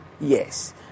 Yes